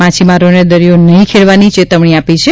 માછીમારોને દરિયા નહી ખેડવાની ચેતવણી આપી છે